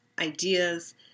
ideas